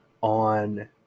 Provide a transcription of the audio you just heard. on